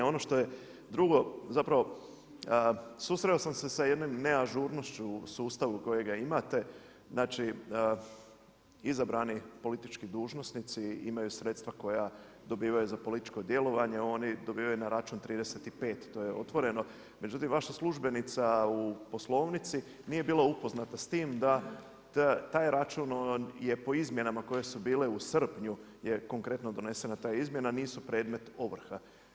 Ono što je drugo zapravo, susreo sam se sa jednom neažurnošću u sustavu kojega imate, znači izabrani politički dužnosnici imaju sredstva koja dobivaju za političko djelovanje, oni dobivaju na račun 35, to je otvoreno, međutim vaša službenica u poslovnici nije bila upoznat s tim da taj račun je po izmjenama koje su bile u srpnju je konkretno donesena ta izmjena, nisu predmet ovrha.